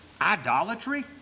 idolatry